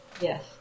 Yes